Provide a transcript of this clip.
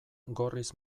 gorriz